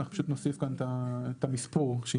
אנחנו פשוט נוסיף כאן את המספור שיינתן.